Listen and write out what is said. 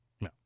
No